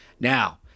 Now